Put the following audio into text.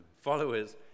followers